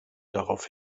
darauf